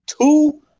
two